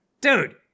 Dude